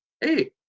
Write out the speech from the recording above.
hey